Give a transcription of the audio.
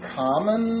common